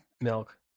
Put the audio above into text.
Milk